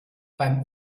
beim